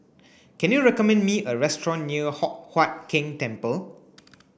can you recommend me a restaurant near Hock Huat Keng Temple